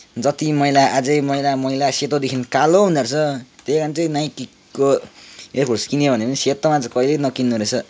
जति मैला अझै मैला मैला सेतोदेखि कालो हुँदो रहेछ त्यही कारण चाहिँ नाइकिको एयर फोर्स किन्यो भने पनि सेतोमा चाहिँ कहिले नकिन्नु रहेछ